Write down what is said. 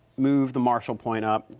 move the marshal point up.